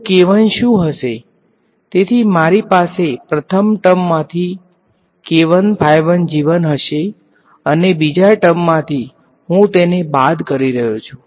તો શું હશે તેથી મારી પાસે પ્રથમ ટર્મમાંથી હશે અને બીજા ટર્મમાંથી હું તેને બાદ કરી રહ્યો છું